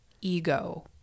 ego